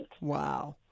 Wow